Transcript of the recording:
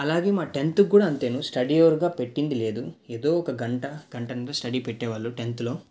అలాగే మా టెన్త్ కూడా అంతేనూ స్టడీ అవర్గా పెట్టింది లేదు ఏదో ఒక గంట గంటలో స్టడీ పెట్టేవాళ్ళు టెన్త్లో